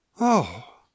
Oh